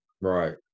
Right